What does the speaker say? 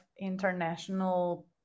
international